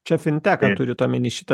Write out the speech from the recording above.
čia fintekam turit omeny šitą